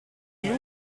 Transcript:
die